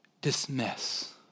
dismiss